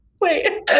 Wait